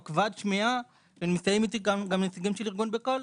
או כבד שמיעה ונמצאים איתי גם נציגים של ארגון "בקול"